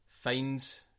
finds